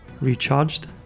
recharged